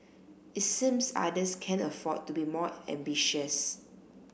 it seems others can afford to be more ambitious